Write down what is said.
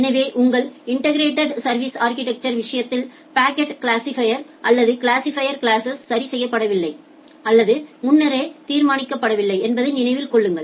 எனவே உங்கள் இன்டெகிரெட் சா்விஸ் அா்கிடெக்சர் விஷயத்தில் பாக்கெட் கிளாசிபைர் அல்லது கிளாசிபைர் கிளாஸ்ஸஸ் சரி செய்யப்படவில்லை அல்லது முன்னரே தீர்மானிக்கப்படவில்லை என்பதை நினைவில் கொள்ளுங்கள்